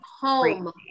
home